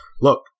look